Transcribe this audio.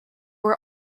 were